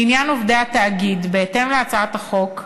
לעניין עובדי התאגיד, בהתאם להצעת החוק,